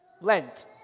Lent